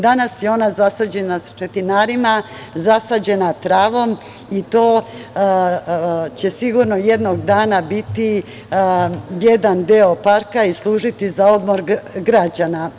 Danas je ona zasađena sa četinarima, zasađena travom i to će sigurno jednog dana biti jedan deo parka i služiti za odmor građana.